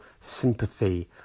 sympathy